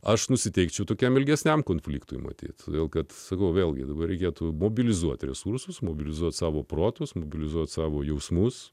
aš nusiteikčiau tokiam ilgesniam konfliktui matyt todėl kad sakau vėlgi dabar reikėtų mobilizuoti resursus mobilizuoti savo protus mobilizuoti savo jausmus